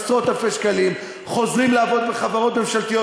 עשרות-אלפי שקלים חוזרים לעבוד בחברות ממשלתיות,